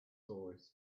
tourists